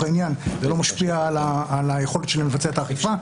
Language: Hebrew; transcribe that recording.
זה לא משפיע על היכולת שלהם לבצע את האכיפה.